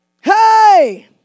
Hey